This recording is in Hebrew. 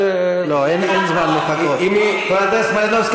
אבל את יודעת שאקס בוקס,